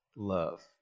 love